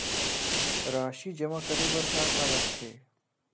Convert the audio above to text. राशि जमा करे बर का का लगथे?